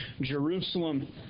jerusalem